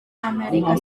amerika